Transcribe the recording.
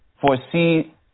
foresee